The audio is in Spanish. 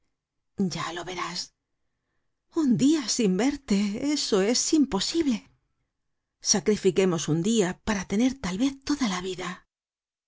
ya lo verás un dia sin verte eso es imposible sacrifiquemos un dia para tener tal vez toda la vida